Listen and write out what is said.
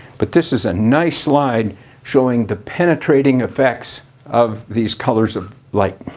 but this is a nice slide showing the penetrating effects of these colors of light.